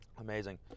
amazing